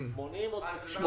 יש דיון ואני מעלה את זה.